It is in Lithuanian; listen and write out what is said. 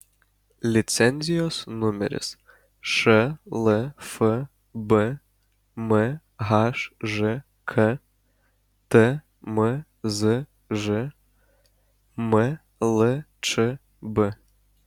licenzijos numeris šlfb mhžk tmzž mlčb